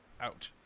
out